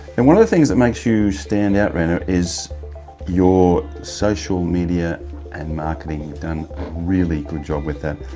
and one of the things that makes you stand out reina, is your social media and marketing. you've done a really good job with that.